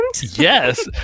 Yes